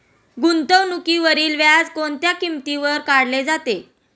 गुंतवणुकीवरील व्याज कोणत्या किमतीवर काढले जाते?